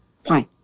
fine